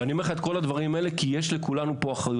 ואני אומר לך את הדברים האלה כי יש לכולנו פה אחריות.